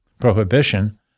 prohibition